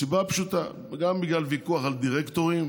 מסיבה פשוטה: גם בגלל ויכוח על דירקטורים,